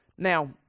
Now